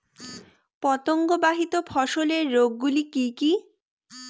পতঙ্গবাহিত ফসলের রোগ গুলি কি কি?